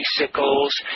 bicycles